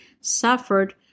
suffered